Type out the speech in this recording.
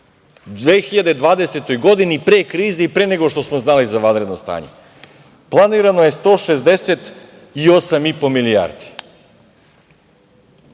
2020. godini pre krize i pre nego što smo znali za vanredno stanje. Planirano je 168,5 milijardi.